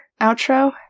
outro